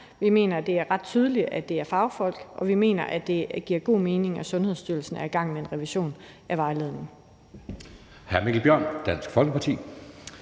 Vi mener, det er ret tydeligt, at det er fagfolk, og vi mener, at det giver god mening, at Sundhedsstyrelsen er i gang med en revision af vejledningen.